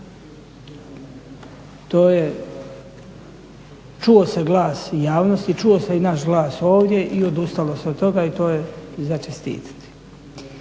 To je čuo se glas i javnosti, čuo se i naš glas ovdje i odustalo se od toga i to je za čestitati.